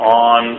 on